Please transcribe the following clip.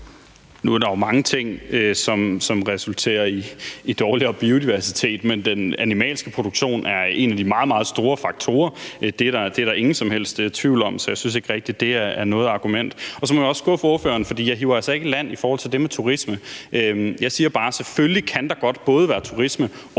Nu er der jo mange ting, som resulterer i dårligere biodiversitet, men den animalske produktion er en af de meget, meget store faktorer. Det er der ingen som helst tvivl om. Så jeg synes ikke rigtig, det er noget argument. Så må jeg også skuffe ordføreren, for jeg trækker altså ikke i land i forhold til det med turisme. Jeg siger bare: Selvfølgelig kan der godt både være turisme og